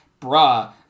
bruh